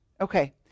Okay